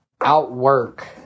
outwork